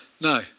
No